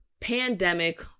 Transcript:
pandemic